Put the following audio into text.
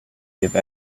give